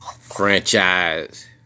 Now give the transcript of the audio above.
franchise